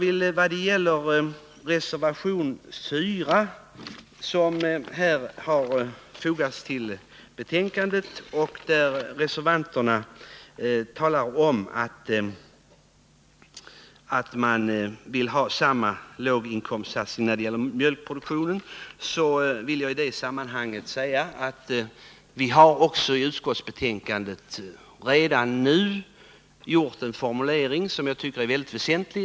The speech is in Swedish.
I reservation 4 som har fogats till betänkandet talar reservanterna om att man vill ha samma låginkomstsatsning när det gäller mjölkproduktionen. Men vi har också i utskottsbetänkandet med en formulering som gäller detta och som är mycket väsentlig.